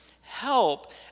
help